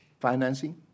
financing